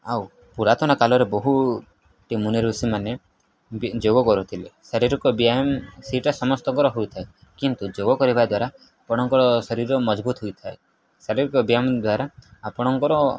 ଆଉ ପୁରାତନ କାଳରେ ବହୁଟି ମୁନି ଋଷି ମାନେ ଯୋଗ କରୁଥିଲେ ଶାରୀରିକ ବ୍ୟାୟାମ ସେଇଟା ସମସ୍ତଙ୍କର ହୋଇଥାଏ କିନ୍ତୁ ଯୋଗ କରିବା ଦ୍ୱାରା ଆପଣଙ୍କର ଶରୀର ମଜବୁତ ହୋଇଥାଏ ଶାରୀରିକ ବ୍ୟାୟାମ ଦ୍ୱାରା ଆପଣଙ୍କର